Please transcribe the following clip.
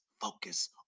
focus